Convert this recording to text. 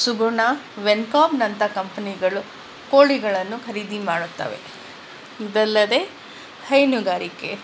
ಸುಗುಣ ವೆನ್ಕಾಮ್ನಂಥ ಕಂಪ್ನಿಗಳು ಕೋಳಿಗಳನ್ನು ಖರೀದಿ ಮಾಡುತ್ತವೆ ಇದಲ್ಲದೆ ಹೈನುಗಾರಿಕೆ